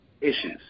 issues